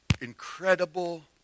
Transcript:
incredible